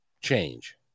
change